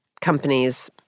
companies